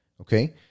Okay